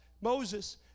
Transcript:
Moses